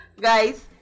guys